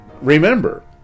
Remember